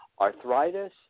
arthritis